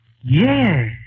Yes